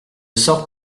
sors